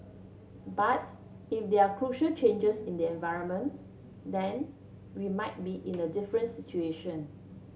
but if there are crucial changes in the environment then we might be in a different situation